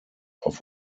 auf